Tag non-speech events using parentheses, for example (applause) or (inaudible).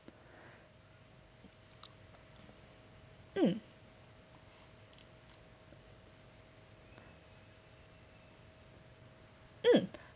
(breath) mm mm (breath)